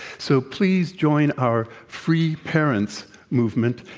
so, please join our free parents movement,